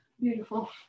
Beautiful